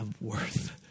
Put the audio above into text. worth